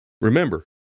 remember